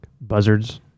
buzzards